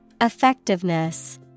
Effectiveness